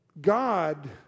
God